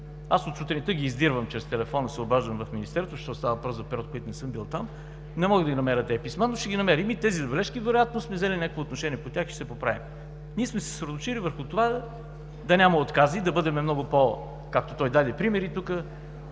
Аз от сутринта ги издирвам чрез телефона, обаждам се в Министерството, защото става въпрос за период, в който не съм бил там, не мога да ги намеря тези писма, но ще ги намерим и тези забележки. Вероятно сме взели някакво отношение по тях и ще се поправим. Ние сме се съсредоточили върху това да няма откази, да бъдем много по, както той даде примери,